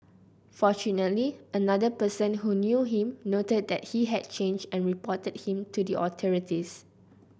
fortunately another person who knew him noted that he had changed and reported him to the authorities